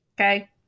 okay